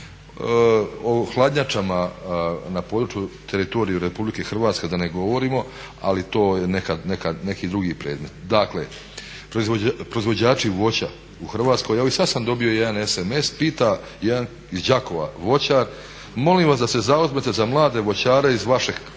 O hladnjačama na području i teritoriju RH da ne govorimo, ali to je neki drugi predmet. Dakle, proizvođači voća u Hrvatskoj, evo i sad sam dobio jedan sms pita jedan iz Đakova voćar molim vas da se zauzmete za mlade voćare iz vašeg i